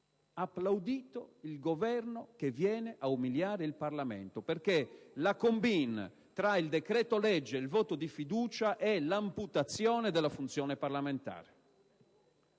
applaudito il Governo che viene ad umiliare il Parlamento, perché l'effetto combinato del decreto-legge e del voto di fiducia è l'amputazione della funzione parlamentare.